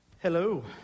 Hello